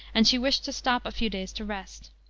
and she wished to stop a few days to rest.